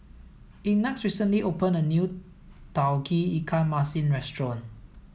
ignatz recently opened a new tauge ikan masin restaurant